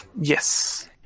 Yes